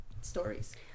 stories